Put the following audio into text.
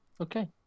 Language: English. Okay